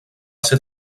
ser